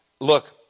Look